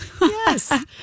Yes